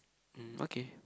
mm okay